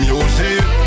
Music